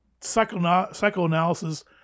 psychoanalysis